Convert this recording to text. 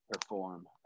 perform